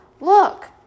look